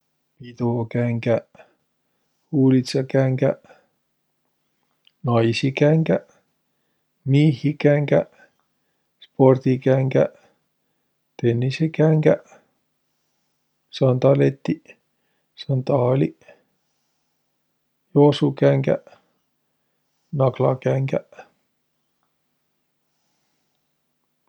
Pidokängäq, huulidsakängäq, naisikängäq, miihikängäq, tennisekängäq, sandaletiq, sandaaliq, joosukängäq.